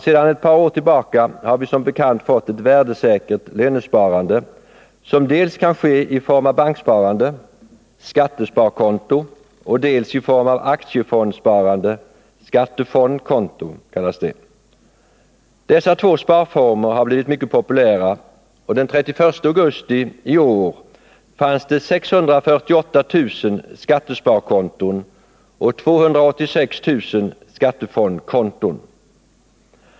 Sedan ett par år tillbaka har vi som bekant ett värdesäkert lönesparande som dels kan ske i form av banksparande . dels i form av aktiefondssparande . Dessa två sparformer har blivit mycket populära, och den 31 augusti i år fanns det 648 000 skattesparkonton och 286 000 skattefondskonton.